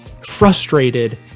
frustrated